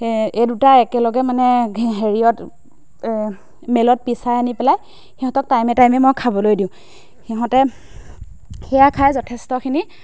এ এই দুটা একেলগে মানে হেৰিয়ত মিলত পিছাই আনি পেলাই সিহঁতক টাইমে টাইমে মই খাবলৈ দিওঁ সিহঁতে সেয়া খাই যথেষ্টখিনি